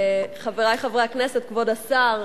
חברי חברי הכנסת, כבוד השרים,